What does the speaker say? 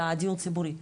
לדיור ציבורי.